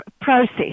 process